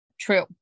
true